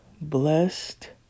Blessed